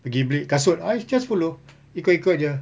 pergi beli kasut I just follow ikut ikut jer